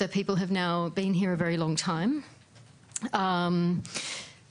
האנשים נמצאים פה כבר זמן ארוך מאוד.